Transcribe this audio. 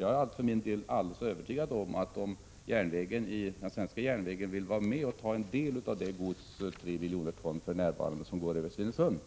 Jag för min del är alldeles övertygad om att om den svenska järnvägen vill vara med och ta en del av det gods — för närvarande 3 miljoner ton — som går över Stenungsund,